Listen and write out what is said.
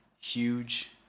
huge